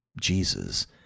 Jesus